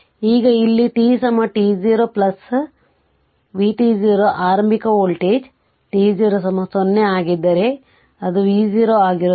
ಈಗ ಇಲ್ಲಿ t t0 ನಲ್ಲಿ vt0 ಆರಂಭಿಕ ವೋಲ್ಟೇಜ್ t0 0 ಆಗಿದ್ದರೆ ಅದು v0 ಆಗಿರುತ್ತದೆ